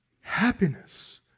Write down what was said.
happiness